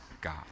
God